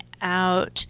out